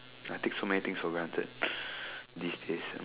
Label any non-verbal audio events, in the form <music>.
I take so many things for granted <noise> these days